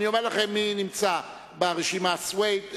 אני אומר לכם מי רשום ברשימה: חברי הכנסת חנא סוייד,